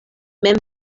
mem